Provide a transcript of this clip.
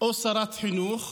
או שרת חינוך,